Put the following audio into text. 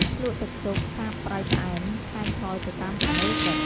ភ្លក្សទឹកស៊ុប សាបប្រៃផ្អែម ថែមថយទៅតាមចំណូលចិត្ត។